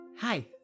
hi